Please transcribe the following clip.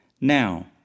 Now